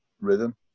rhythm